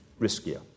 riskier